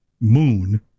moon